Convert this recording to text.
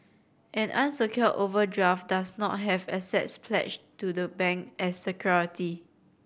an unsecured overdraft does not have assets pledged to the bank as security